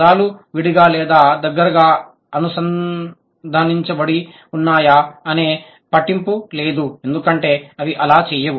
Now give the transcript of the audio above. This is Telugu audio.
పదాలు విడిగా లేదా దగ్గరగా అనుసంధానించబడి ఉన్నాయా అనేది పట్టింపు లేదు ఎందుకంటే అవి అలా చేయవు